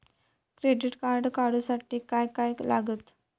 Credit card काढूसाठी काय काय लागत?